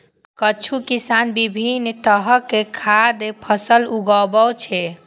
किछु किसान विभिन्न तरहक खाद्य फसल उगाबै छै